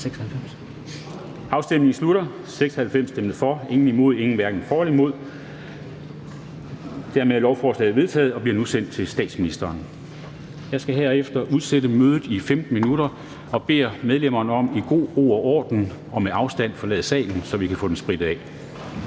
Susanne Zimmer (UFG)), imod stemte 0, hverken for eller imod stemte 0. Dermed er lovforslaget enstemmigt vedtaget og bliver nu sendt til statsministeren. Jeg skal herefter udsætte mødet i 15 minutter og beder medlemmerne om i god ro og orden og med afstand at forlade salen, så vi kan få den sprittet af.